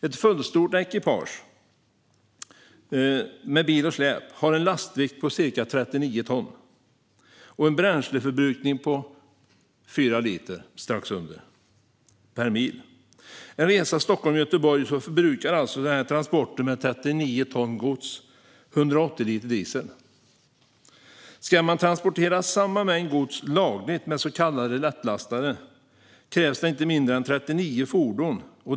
Ett fullstort ekipage med bil och släp har en lastvikt på ca 39 ton och en bränsleförbrukning på strax under 4 liter per mil. Under en resa Stockholm-Göteborg förbrukar således transporten av dessa 39 ton gods 180 liter diesel. Ska man transportera samma mängd gods lagligt med så kallade lättlastare krävs det inte mindre än 39 fordon.